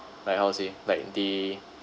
like how to say like they